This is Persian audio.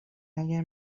اگر